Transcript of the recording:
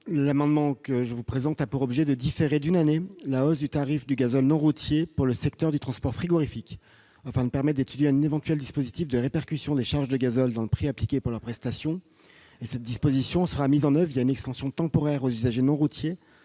amendement a pour objet de différer d'une année la hausse du tarif du gazole non routier pour le secteur du transport frigorifique, afin de permettre d'étudier un éventuel dispositif de répercussion des charges de gazole dans le prix appliqué pour leur prestation. Cette disposition sera mise en oeuvre une extension temporaire aux usages non routiers